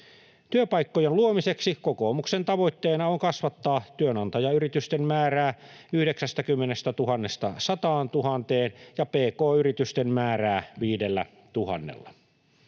Työpaikkojen luomiseksi kokoomuksen tavoitteena on kasvattaa työnantajayritysten määrää 90 000:sta 100 000:een ja pk-yritysten määrää 5 000:lla.